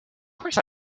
course